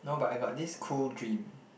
no but I got this cool dream